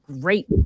great